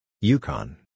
Yukon